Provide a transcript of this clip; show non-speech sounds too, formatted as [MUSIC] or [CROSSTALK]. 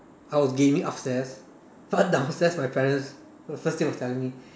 I was gaming upstairs but downstairs [LAUGHS] my parents was first thing was telling me